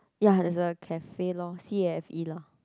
ya there's a cafe lor C_A_F_E lor